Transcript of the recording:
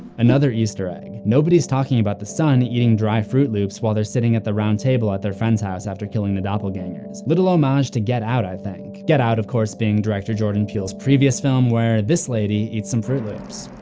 another easter egg. nobody is talking about the son eating dry fruit loops while they were sitting at the round table at their friends' house after killing the doppelgangers. little homage to get out i think. get out, of course, being director jordan peele's previous film, where this lady eats some fruit loops.